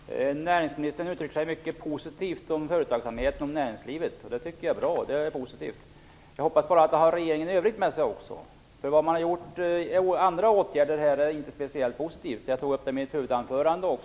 Herr talman! Näringsministern uttryckte sig mycket positivt om företagsamheten och näringslivet, och det är positivt och bra. Jag hoppas bara att han har också regeringen i övrigt med sig. De åtgärder som man har vidtagit för att höja skatter och avgifter är ju inte speciellt positiva, vilket jag också tog upp i mitt huvudanförande.